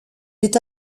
est